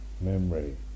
memory